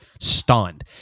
stunned